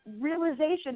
realization